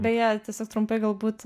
beje tiesiog trumpai galbūt